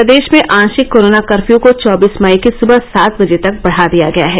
प्रदेश में आंशिक corona curfew को चौबीस मई की सुबह सात बजे तक बढ़ा दिया गया है